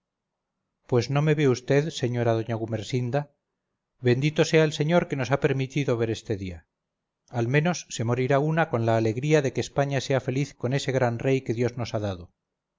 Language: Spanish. pues no me ve vd señora doña gumersinda bendito sea el señor que nos ha permitido ver este día al menos se morirá una con la alegría de que españa sea feliz con ese gran rey que dios nos ha dado